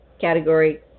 category